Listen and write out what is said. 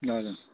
हजुर